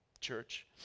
Church